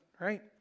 right